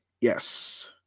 yes